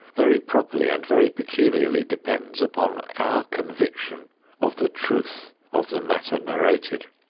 very properly and very peculiarly depends upon our conviction of the truth of the matter narrated.